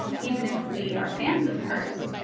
even if we are fans of hers,